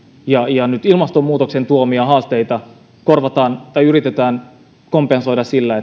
siihen ja nyt ilmastonmuutoksen tuomia haasteita yritetään kompensoida sillä